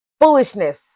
foolishness